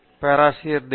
பேராசிரியர் அபிஜித் பி